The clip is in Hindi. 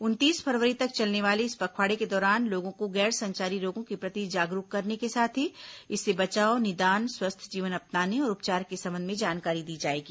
उनतीस फरवरी तक चलने वाले इस पखवाड़े के दौरान लोगों को गैर संचारी रोगों के प्रति जागरूक करने के साथ ही इससे बचाव निदान स्वस्थ जीवन अपनाने और उपचार के संबंध में जानकारी दी जाएगी